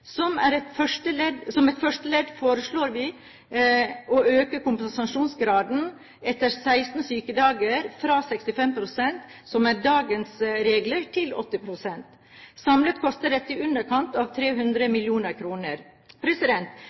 sykdom. Som et første ledd foreslår vi å øke kompensasjonsgraden etter 16 sykedager fra 65 pst., som er dagens regler, til 80 pst. Samlet koster dette i underkant av 300